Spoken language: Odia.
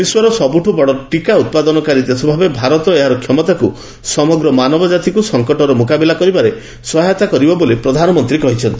ବିଶ୍ୱର ସବୁଠୁ ବଡ଼ ଟିକା ଉତ୍ପାଦନକାରୀ ଦେଶ ଭାବେ ଭାରତ ଏହାର କ୍ଷମତାକୁ ସମଗ୍ର ମାନବଜାତିକୁ ସଂକଟର ମୁକାବିଲା କରିବାରେ ସହାୟତା କରିବ ବୋଲି ପ୍ରଧାନମନ୍ତ୍ରୀ କହିଛନ୍ତି